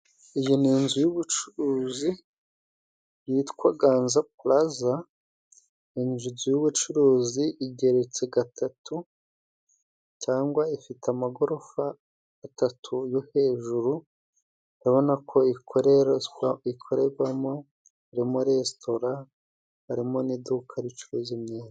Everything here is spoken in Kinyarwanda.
Iyi ni inzu y'ubucuruzi yitwa ganza puraza inzu inzu y'ubucuruzi, igeretse gatatu cyangwa ifite amagorofa atatu, yo hejuru urabona ko ikoreshwa ikorerwamo harimo resitora, harimo n'iduka ricuruza imyenda.